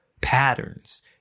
patterns